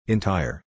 Entire